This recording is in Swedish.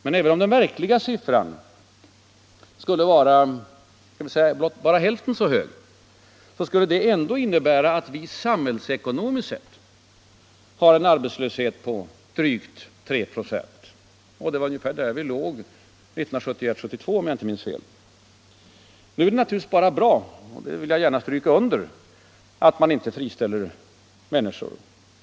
Men även om den verkliga siffran skulle vara bara hälften så hög, skulle det ändå innebära att vi samhällsekonomiskt sett har en arbetslöshet på drygt 3 96. Det var där vi låg åren 1971-72, om jag inte minns fel. Nu är det naturligtvis bara bra — det vill jag gärna stryka under — att man inte friställer människor.